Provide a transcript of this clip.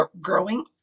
growing